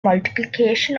multiplication